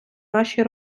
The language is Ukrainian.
нашій